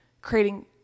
creating